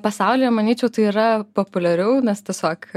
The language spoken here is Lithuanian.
pasaulyje manyčiau tai yra populiariau nes tiesiog